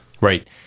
Right